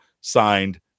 signed